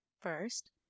First